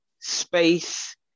space